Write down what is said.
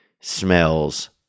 smells